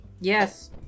Yes